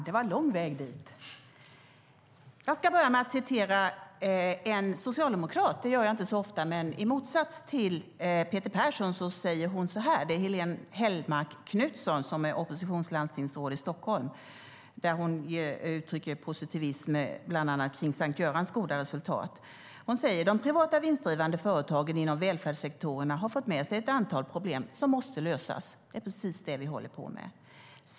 Herr talman! Jag ska börja med att citera en socialdemokrat. Det gör jag inte så ofta, men i motsats till Peter Persson uttrycker Stockholms oppositionslandstingsråd Helene Hellmark Knutsson positivism bland annat när det gäller Sankt Görans goda resultat. Hon säger: De privata vinstdrivande företagen inom välfärdssektorerna har fört med sig ett antal problem som måste lösas. Det är precis det vi håller på med.